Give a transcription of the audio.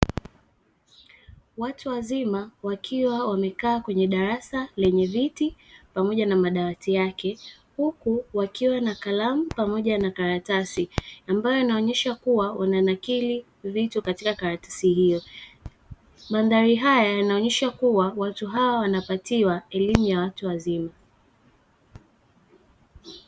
Watu wazima wakiwa wamekaa kwenye darasa lenye viti pamoja na madawati yake, huku wakiwa na kalamu pamoja na karatasi ambayo inaonyesha kuwa wananakili vitu katika karatasi hiyo. Mandhari haya yanaonyesha kuwa watu hawa wanapatiwa elimu ya watu wazima.